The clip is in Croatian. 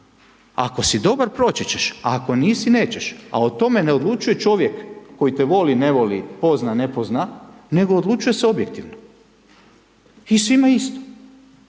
ako si dobar, proći ćeš, ako nisi, nećeš, a o tome ne odlučuje čovjek koji te voli, ne voli, pozna, ne pozna, nego odlučuje se objektivno i svima isto.